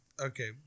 okay